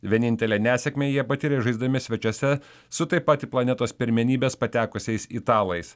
vienintelę nesėkmę jie patyrė žaisdami svečiuose su taip pat į planetos pirmenybes patekusiais italais